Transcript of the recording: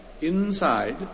Inside